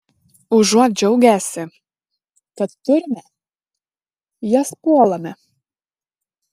užuot džiaugęsi kad turime jas puolame